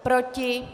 Proti?